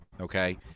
okay